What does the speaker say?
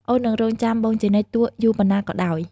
អូននឹងរង់ចាំបងជានិច្ច ទោះយូរប៉ុណ្ណាក៏ដោយ។